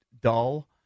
dull